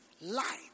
light